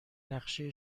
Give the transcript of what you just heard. نقشه